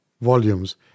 volumes